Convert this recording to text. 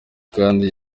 kandi